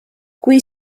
kui